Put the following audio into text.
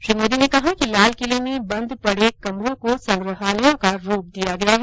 श्री मोदी ने कहा कि लाल किले में बंद पड़े कमरों को संग्रहालयों का रूप दिया गया है